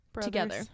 together